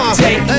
take